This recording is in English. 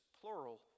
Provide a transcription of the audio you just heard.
plural